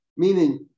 Meaning